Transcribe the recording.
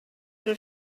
drwy